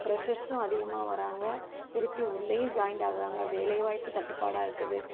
ஃப்ரெஷ்ஷர்ஸும் அதிகமாக வர்றாங்க திருப்பி உள்ளேயும் ஜாயிண்ட் ஆகுறாங்கள் வேலைவாய்ப்பு தட்டுப்பாடாக இருக்குது